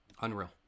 Unreal